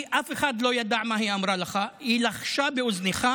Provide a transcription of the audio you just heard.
אף אחד לא ידע מה היא אמרה לך, היא לחשה באוזנך.